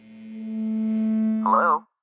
Hello